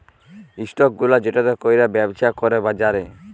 stock গুলা যেটতে ক্যইরে ব্যবছা ক্যরে বাজারে